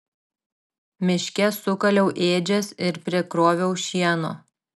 miške sukaliau ėdžias ir prikroviau šieno